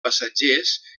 passatgers